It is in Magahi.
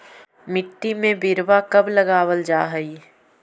मिट्टी में बिरवा कब लगावल जा हई?